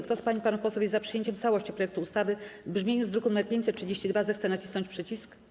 Kto z pań i panów posłów jest za przyjęciem w całości projektu ustawy w brzmieniu z druku nr 532, zechce nacisnąć przycisk.